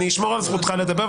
אני אשמור על זכותך לדבר,